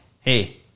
hey